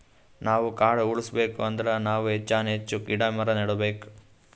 ನಾವ್ ಕಾಡ್ ಉಳ್ಸ್ಕೊಬೇಕ್ ಅಂದ್ರ ನಾವ್ ಹೆಚ್ಚಾನ್ ಹೆಚ್ಚ್ ಗಿಡ ಮರ ನೆಡಬೇಕ್